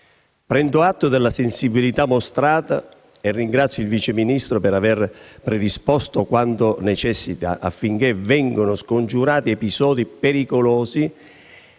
Prendo atto della sensibilità mostrata e ringrazio il Vice Ministro per aver predisposto quanto necessita affinché vengano scongiurati episodi pericolosi